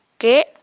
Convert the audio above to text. Okay